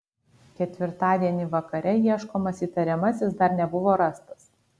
ketvirtadienį vakare ieškomas įtariamasis dar nebuvo rastas